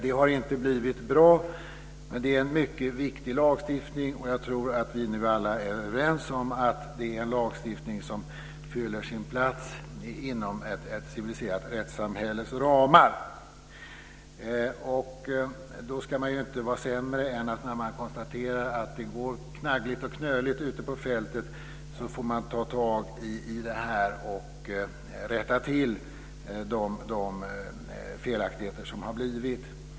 Det har inte blivit bra, men det är en mycket viktig lagstiftning, och jag tror att vi nu alla är överens att det är en lagstiftning som fyller sin plats inom ett civiliserat rättssamhälles ramar. Då ska man inte vara sämre än att man, när man konstaterar att det går knackigt och knöligt ute på fältet, tar itu med det och rättar till de felaktigheter som har blivit.